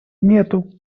нету